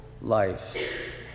life